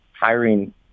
hiring